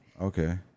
Okay